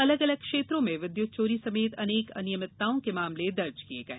अलग अलग क्षेत्रों में विद्युत चोरी समेत अनेक अनियमितताओं के मामले दर्ज किए गए